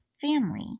family